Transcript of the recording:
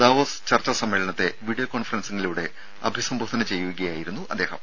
Davos ചർച്ചാ സമ്മേളനത്തെ video കോൺഫറൻസിലൂടെ അഭിസംബോധന ചെയ്യുകയായിരുന്നു അദ്ദേഹം